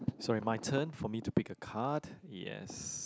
sorry my turn for me to pick a card yes